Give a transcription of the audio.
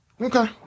okay